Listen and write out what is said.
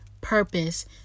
purpose